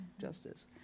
justice